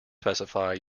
specify